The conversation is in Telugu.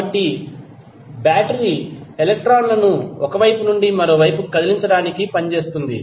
కాబట్టి బ్యాటరీ ఎలక్ట్రాన్లను ఒక వైపు నుండి మరొక వైపుకు కదిలించడానికి పని చేస్తుంది